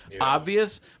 obvious